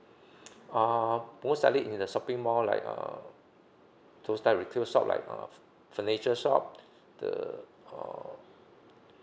uh most likely in the shopping mall like uh those type retail shop like uh furniture shop the uh